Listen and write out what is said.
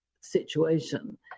situation